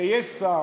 וכשיש שר,